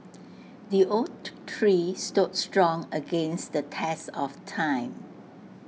the oak tree stood strong against the test of time